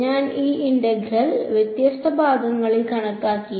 ഞാൻ ഈ line integral വ്യത്യസ്ത ഭാഗങ്ങൾ കണക്കാക്കി